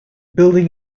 building